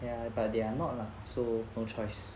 ya ya but they are not lah so no choice